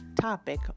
topic